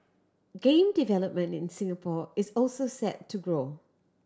game development in Singapore is also set to grow